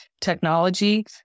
technology